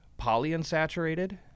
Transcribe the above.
polyunsaturated